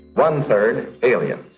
one-third aliens.